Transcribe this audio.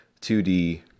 2d